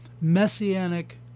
messianic